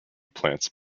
plants